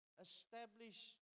establish